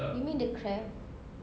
you mean the crab